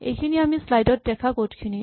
এইখিনি আমি স্লাইড ত দেখা ক'ড খিনি